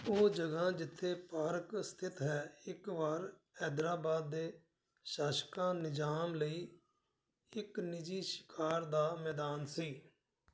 ਉਹ ਜਗ੍ਹਾ ਜਿੱਥੇ ਪਾਰਕ ਸਥਿਤ ਹੈ ਇੱਕ ਵਾਰ ਹੈਦਰਾਬਾਦ ਦੇ ਸ਼ਾਸਕਾਂ ਨਿਜ਼ਾਮ ਲਈ ਇੱਕ ਨਿੱਜੀ ਸ਼ਿਕਾਰ ਦਾ ਮੈਦਾਨ ਸੀ